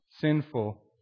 sinful